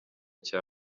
cya